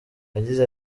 yagize